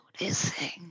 noticing